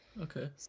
okay